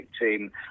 team